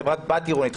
חברת בת עירונית,